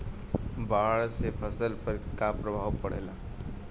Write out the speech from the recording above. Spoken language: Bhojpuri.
बाढ़ से फसल पर क्या प्रभाव पड़ेला?